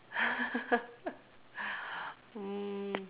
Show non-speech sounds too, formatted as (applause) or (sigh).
(laughs) um